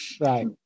right